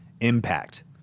impact